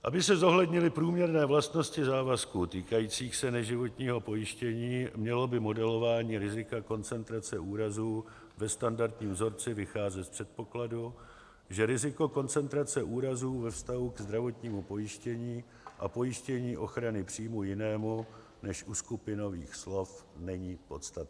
Aby se zohlednily průměrné vlastnosti závazků týkajících se neživotního pojištění, mělo by modelování rizika koncentrace úrazů ve standardním vzorci vycházet z předpokladu, že riziko koncentrace úrazů ve vztahu k zdravotnímu pojištění a pojištění ochrany příjmů jinému než u skupinových slev není podstatné.